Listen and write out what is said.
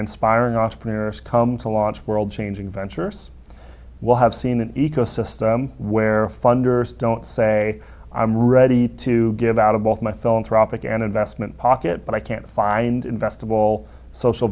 inspiring all spirits come to launch world changing ventures will have seen an ecosystem where funders don't say i'm ready to give out of both my philanthropic and investment pocket but i can't find investable social